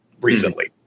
recently